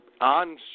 on